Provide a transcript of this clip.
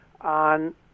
on